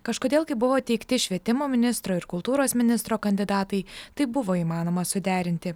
kažkodėl kai buvo teikti švietimo ministro ir kultūros ministro kandidatai tai buvo įmanoma suderinti